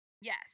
Yes